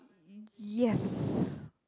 um yes